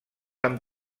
amb